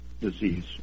disease